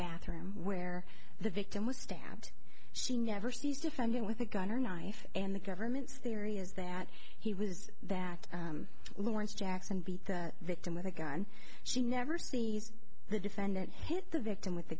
bathroom where the victim was stabbed she never sees defending with a gun or knife and the government's theory is that he was that lawrence jackson beat the victim with a gun she never sees the defendant hit the victim with the